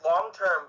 long-term